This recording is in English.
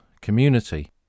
community